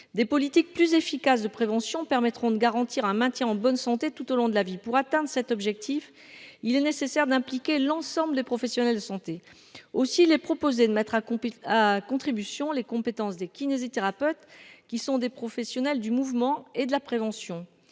des politiques plus efficaces de prévention permettront de garantir un maintien en bonne santé tout au long de la vie pour atteindre cet objectif, il est nécessaire d'impliquer l'ensemble des professionnels de santé aussi les proposer de matraque à contribution les compétences des kinésithérapeutes qui sont des professionnels du mouvement et de la prévention,